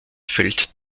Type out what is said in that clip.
fällt